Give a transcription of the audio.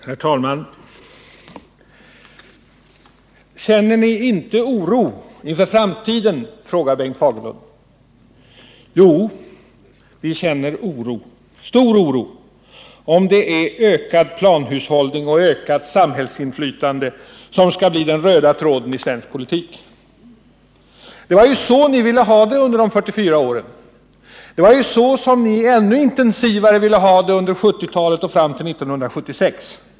Herr talman! Känner ni inte oro inför framtiden, frågar Bengt Fagerlund. Jo, vi känner stor oro, om det är ökad planhushållning och ökat samhällsinflytande som skall bli den röda tråden i svensk politik. Det var ju så ni ville ha det under de 44 åren! Det var ju så ni i ännu högre grad ville ha det under 1970 talet och fram till 1976!